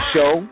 Show